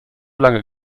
lange